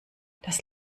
das